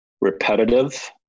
repetitive